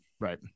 Right